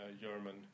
German